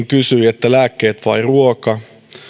kysyi että lääkkeet vai ruoka